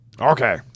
Okay